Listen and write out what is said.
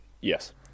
Yes